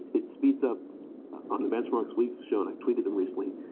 it speeds up on the benchmarks we've shown. i've tweeted them recently,